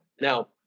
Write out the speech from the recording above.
Now